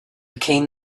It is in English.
came